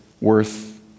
worth